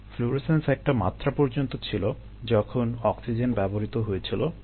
fluorescence একটা মাত্রা পর্যন্ত ছিল যখন অক্সিজেন ব্যবহৃত হয়েছিল